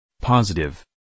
Positive